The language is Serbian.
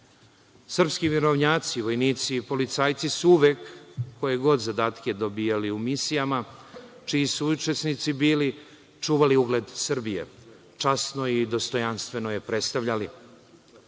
mirovnjaci, vojnici, policajci su uvek koje god zadatke dobijali u misijama, čiji su učesnici bili, čuvali ugled Srbije, časno i dostojanstveno je predstavljali.